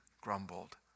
grumbled